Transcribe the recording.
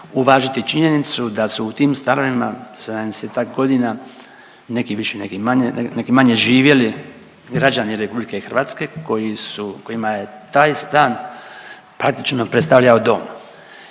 uvažiti činjenicu da su u tim stanovima sedamdesetak godina, neki više, neki manje, neki manje živjeli građani Republike Hrvatske kojima je taj stan praktično predstavljao dom.